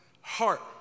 heart